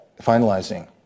finalizing